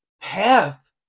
path